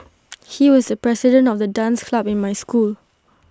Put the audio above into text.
he was the president of the dance club in my school